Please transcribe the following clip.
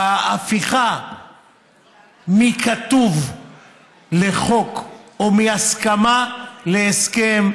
בהפיכה מכתוב לחוק או מהסכמה להסכם,